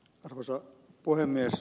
arvoisa puhemies